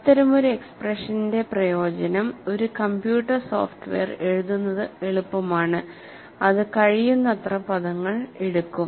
അത്തരമൊരു എക്സ്പ്രഷന്റെ പ്രയോജനം ഒരു കമ്പ്യൂട്ടർ സോഫ്റ്റ്വെയർ എഴുതുന്നത് എളുപ്പമാണ് അത് കഴിയുന്നത്ര പദങ്ങൾ എടുക്കും